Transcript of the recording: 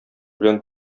белән